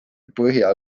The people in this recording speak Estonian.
põhja